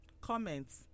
comments